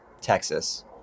Texas